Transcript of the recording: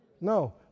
No